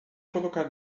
colocar